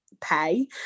pay